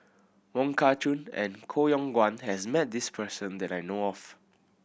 Wong Kah Chun and Koh Yong Guan has met this person that I know of